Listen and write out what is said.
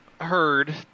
heard